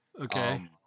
Okay